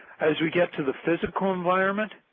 as we get to the physical environment,